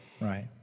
right